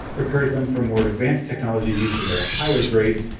prepares them for more advanced technology use in their higher grades,